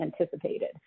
anticipated